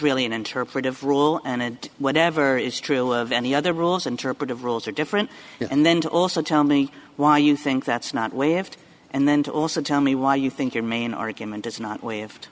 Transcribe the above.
really an interpretive rule and whatever is true of any other rules interpretive rules are different and then to also tell me why you think that's not waived and then to also tell me why you think your main argument is not waived